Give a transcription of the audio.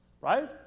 Right